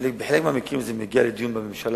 במגזר